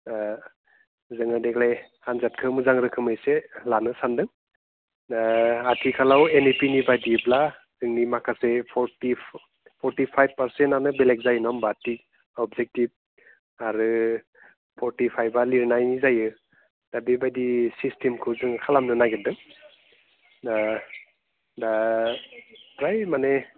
जोङो देग्लाय आनजादखो मोजां रोखोमै एसे लानो सान्दों आथिखालाव एनइपिनि बायदिब्ला जोंनि माखासे फर्टि फर्टिफाइफ पार्सेन्टआनो बेलेक जायो नङा होमब्ला थिख अबजेक्टिभ आरो फर्टिफाइफआ लिरनाय जायो दा बेबायदि सिस्टेमखौ जोङो खालामनो नागिरदों दा फ्राय माने